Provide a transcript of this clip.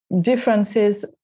differences